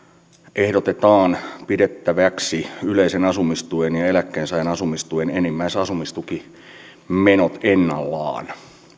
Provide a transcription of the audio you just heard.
ehdotetaan pidettäväksi yleisen asumistuen ja ja eläkkeensaajien asumistuen enimmäisasumistukimenot ennallaan